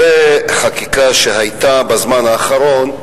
לחקיקה רבה שהיתה בזמן האחרון.